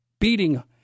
beating